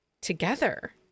together